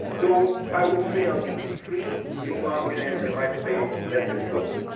though i would say on the extreme free market end, they might say, let them go.